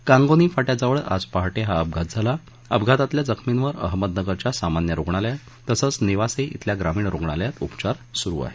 कांगोनी फाट्याजवळ आज पहाटे हा अपघात झाला अपघातातल्या जखमीवर अहमदनगरच्या सामान्य रुग्णालयात तसंच नेवासे श्विल्या ग्रामीण रुग्णालयात उपचार सुरू आहेत